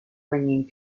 bringing